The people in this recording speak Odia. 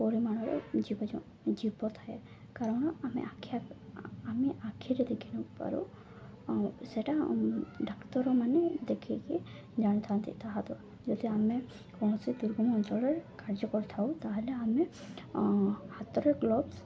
ପରିମାଣରେ ଜୀବ ଜ ଜୀବ ଥାଏ କାରଣ ଆମେ ଆଖି ଆ ଆମେ ଆଖିରେ ଦେଖି ନ ପାରୁ ସେଇଟା ଡାକ୍ତରମାନେ ଦେଖିକି ଜାଣିଥାନ୍ତି ତାହା ଦ୍ୱା ଯଦି ଆମେ କୌଣସି ଦୁର୍ଗମ ଅଞ୍ଚଳରେ କାର୍ଯ୍ୟ କରିଥାଉ ତା'ହେଲେ ଆମେ ହାତରେ ଗ୍ଲୋଭ୍ସ